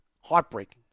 heartbreaking